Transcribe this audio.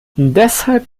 deshalb